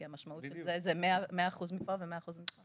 המשמעות של זה היא 100 אחוזים מכאן ו-100 אחוזים מכאן.